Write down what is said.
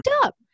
up